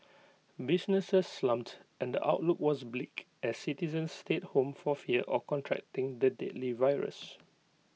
businesses slumped and the outlook was bleak as citizens stayed home for fear of contracting the deadly virus